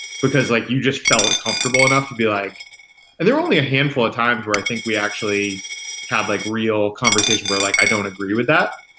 because, like you just felt uncomfortable enough to be like, and there are only a handful of times where i think we actually have like real conversations we're like, i don't agree with that,